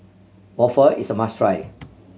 waffle is a must try